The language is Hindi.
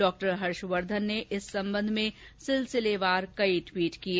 डॉ हर्षवर्धन ने इस संबंध में सिलसिलेवार कई ट्वीट किये